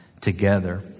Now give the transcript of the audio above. together